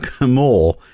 more